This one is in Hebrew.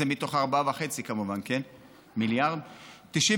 זה מתוך ה-4.5 מיליארד, כמובן.